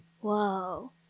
Whoa